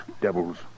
devils